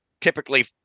typically